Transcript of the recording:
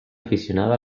aficionado